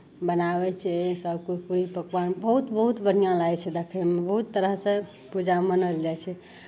बनाबै छै सभ पूड़ी पकवान बहुत बहुत बढ़िआँ लागै छै देखयमे बहुत तरहसँ पूजा मनाओल जाइ छै